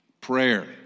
prayer